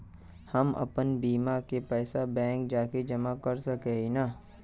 हम अपन बीमा के पैसा बैंक जाके जमा कर सके है नय?